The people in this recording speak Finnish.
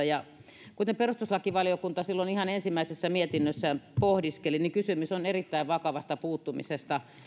ja ravintoloista kuten perustuslakivaliokunta silloin ihan ensimmäisessä mietinnössään pohdiskeli niin kysymys on erittäin vakavasta puuttumisesta